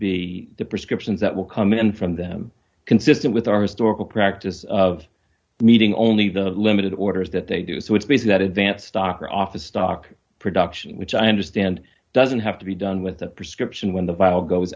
be the prescriptions that will come in from them consistent with our historical practice of meeting only the limited orders that they do so it's based not advance stock or office stock production which i understand doesn't have to be done with a prescription when the file goes